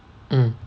mm